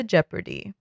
Jeopardy